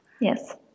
Yes